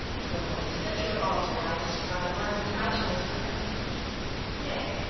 lo, at the central altar i descry one crouching as for refuge yea,